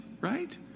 right